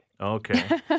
Okay